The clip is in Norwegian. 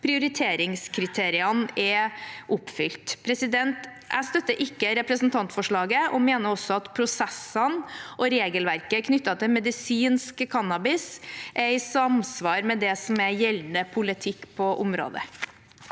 prioriteringskriteriene er oppfylt. Jeg støtter ikke representantforslaget og mener også at prosessene og regelverket knyttet til medisinsk cannabis er i samsvar med det som er gjeldende politikk på området.